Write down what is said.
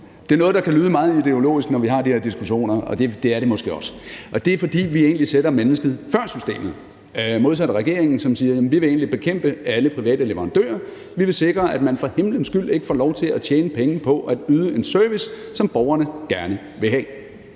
udbyder. Det kan lyde meget ideologisk, når vi har de her diskussioner, og det er det måske også. Og det er, fordi vi egentlig sætter mennesket før systemet; modsat regeringen, som siger, at den egentlig vil bekæmpe alle private leverandører og sikre, at de for himlens skyld ikke får lov til at tjene penge på at yde en service, som borgerne gerne vil have.